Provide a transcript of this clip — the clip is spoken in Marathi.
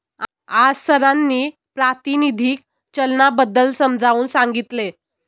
आज सरांनी प्रातिनिधिक चलनाबद्दल समजावून सांगितले